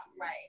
Right